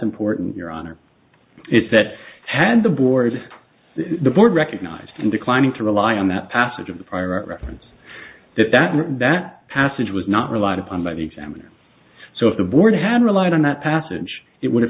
simple your honor if that had the board the board recognized declining to rely on that passage of the pirate reference if that meant that passage was not relied upon by the examiner so if the board had relied on that passage it would have